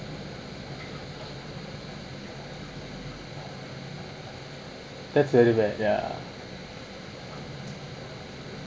that's very bad ya